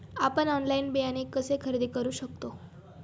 आपण ऑनलाइन बियाणे कसे खरेदी करू शकतो?